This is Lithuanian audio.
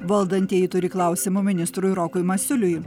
valdantieji turi klausimų ministrui rokui masiuliui